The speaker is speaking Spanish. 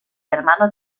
hermano